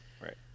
Right